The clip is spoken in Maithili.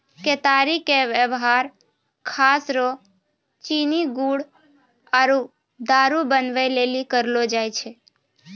केतारी के वेवहार खास रो चीनी गुड़ आरु दारु बनबै लेली करलो जाय छै